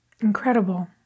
Incredible